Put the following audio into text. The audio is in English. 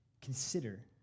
Consider